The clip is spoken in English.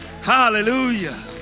Hallelujah